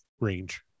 range